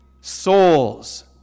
souls